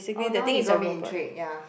oh now you got me intrigued ya